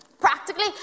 Practically